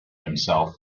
himself